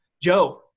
Joe